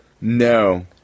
No